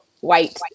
white